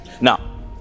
Now